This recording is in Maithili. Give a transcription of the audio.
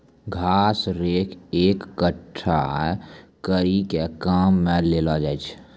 घास रेक एकठ्ठा करी के काम मे लैलो जाय छै